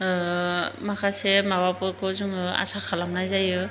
माखासे माबाफोरखौ जोङो आसा खालामनाय जायो